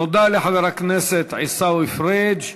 תודה לחבר הכנסת עיסאווי פריג'.